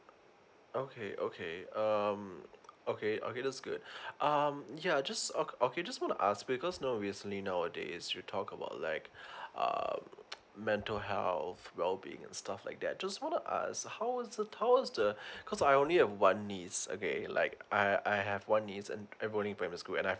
okay okay um okay uh okay that's good um yeah just okay just want ask because no recently nowadays you talk about like uh mental health well being and stuff like that just wanna ask how was the how was the cause I only a one niece okay like I I have one niece and primary school and I